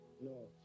no